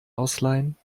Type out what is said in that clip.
ausleihen